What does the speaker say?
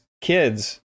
kids